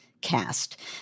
cast